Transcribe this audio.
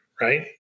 right